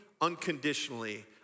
unconditionally